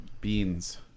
beans